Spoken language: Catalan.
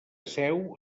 seu